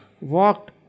Walked